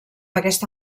aquesta